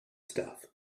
stuff